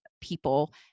people